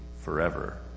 forever